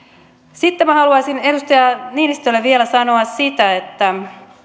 sitten minä haluaisin edustaja niinistölle vielä sanoa että